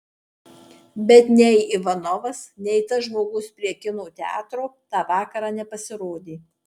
bet nei ivanovas nei tas žmogus prie kino teatro tą vakarą nepasirodė